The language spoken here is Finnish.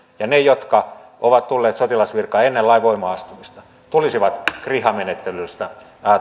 ja ne jotka ovat tulleet sotilasvirkaan ennen lain voimaan astumista tulisivat kriha menettelystä